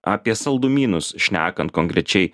apie saldumynus šnekant konkrečiai